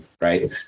right